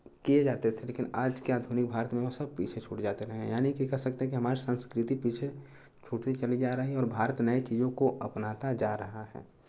किए जाते थे लेकिन आज के आधुनिक भारत में वो सब पीछे छूट जाते रहे हैं यानि की कह सकते हैं कि हमारे संस्कृति पीछे छूटती चली जा रही है और भारत नए चीज़ों को अपनाता जा रहा है